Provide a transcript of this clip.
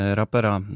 rapera